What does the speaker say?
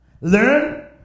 Learn